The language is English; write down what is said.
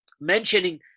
mentioning